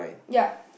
ya